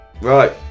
Right